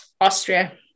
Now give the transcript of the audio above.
Austria